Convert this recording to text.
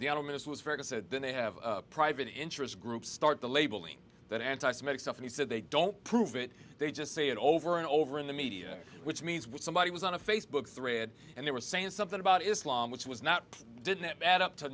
said they have a private interest groups start to labeling that anti semitic stuff and he said they don't prove it they just say it over and over in the media which means when somebody was on a facebook thread and they were saying something about islam which was not did that add up to